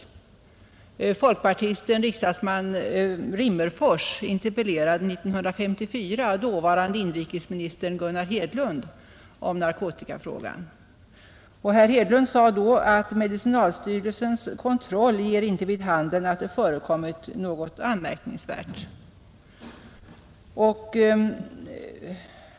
Den folkpartistiske riksdagsmannen herr Rimmerfors interpellerade 1954 dåvarande inrikesministern Gunnar Hedlund om narkotikafrågan. Herr Hedlund sade då: Medicinalstyrelsens kontroll ger inte vid handen att det förekommit något anmärkningsvärt.